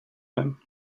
him